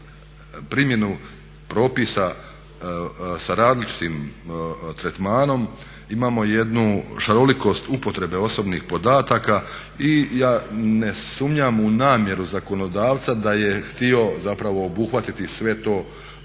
primjenu propisa sa različitim tretmanom, imamo jednu šarolikost upotrebe osobnih podataka i ja ne sumnjam u namjeru zakonodavca da je htio zapravo obuhvatiti sve to